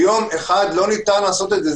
ביום אחד לא ניתן לעשות את זה.